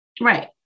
Right